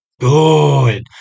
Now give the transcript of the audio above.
good